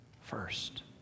first